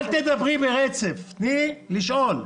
אל תדברי ברצף, תני לשאול.